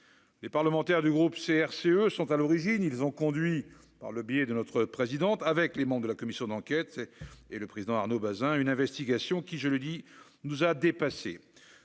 les parlementaires du groupe CRCE sont à l'origine, ils ont conduit par le biais de notre président, avec les membres de la commission d'enquête, et le président Arnaud Bazin une investigation qui, je le dis nous a dépassé